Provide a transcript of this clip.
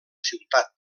ciutat